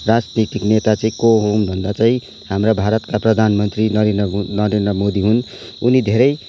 राजनैतिक नेता चाहिँ को हुन् भन्दा चाहिँ हाम्रा भारतका प्रधानमन्त्री नरेन्द्र मो नरेन्द्र मोदी हुन् उनी धेरै